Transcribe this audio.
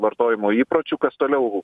vartojimo įpročių kas toliau